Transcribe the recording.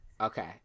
Okay